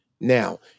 Now